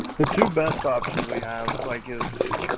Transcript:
the two best options we have like is it.